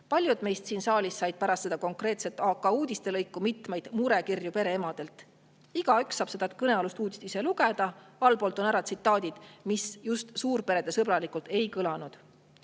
Paljud meist siin saalis said pärast seda konkreetset "AK" uudistelõiku mitmeid murekirju pereemadelt. Igaüks saab seda kõnealust uudist ise lugeda. Allpool toon ära tsitaadid, mis just suurperesõbralikult ei kõlanud.